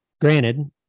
granted